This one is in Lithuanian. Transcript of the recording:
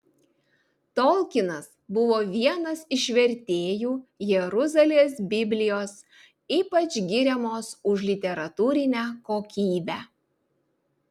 tolkinas buvo vienas iš vertėjų jeruzalės biblijos ypač giriamos už literatūrinę kokybę